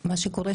מה שקורה,